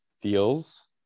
feels